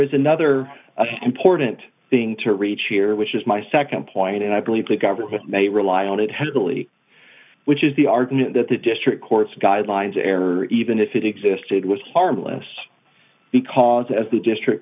is another important thing to reach here which is my nd point and i believe the government may rely on it handily which is the argument that the district courts guidelines error even if it existed was harmless because as the district